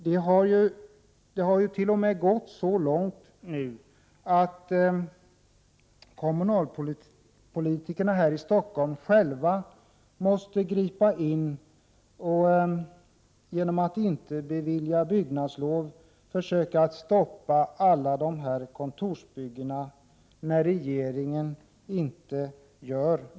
Det har t.o.m. gått så långt att kommunalpolitiker här i Stockholm själva måste gripa in genom att inte bevilja byggnadslov för att försöka stoppa alla kontorsbyggen när regeringen ingenting gör.